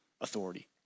authority